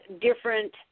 different